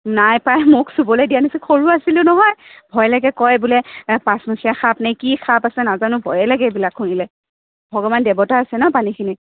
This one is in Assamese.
নাই পা মোক চুবলৈ দিয়া নাছিল সৰু আছিলোঁ নহয় ভয় লাগে কয় বোলে পাঁচমুখীয়া সাপ নে কি সাপ আছে নাজানো ভয়ে লাগে এইবিলাক শুনিলে ভগৱান দেৱতা আছে ন পানীখিনিত